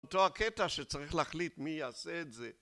אותו הקטע שצריך להחליט מי יעשה את זה